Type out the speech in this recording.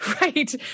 Right